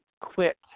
quit